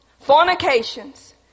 fornications